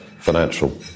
financial